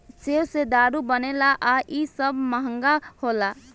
सेब से दारू बनेला आ इ सब महंगा होला